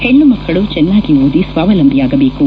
ಹೆಣ್ಣು ಮಕ್ಕಳು ಚೆನ್ನಾಗಿ ಓದಿ ಸ್ವಾವಲಂಬಿಯಾಗಬೇಕು